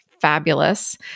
fabulous